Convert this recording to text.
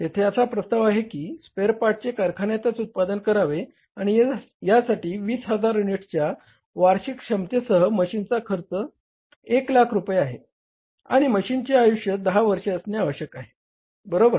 तेथे असा प्रस्ताव आहे की स्पेअर पार्टचे कारखान्यातच उत्पादन करावे आणि यासाठी 20000 युनिट्सच्या वार्षिक क्षमेतसह मशीनचा खर्च 100000 रुपये आहे आणि मशीनचे आयुष्य 10 वर्षे असणे आवश्यक आहे बरोबर